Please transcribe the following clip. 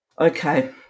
Okay